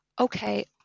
okay